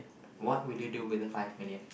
what will you do with the five million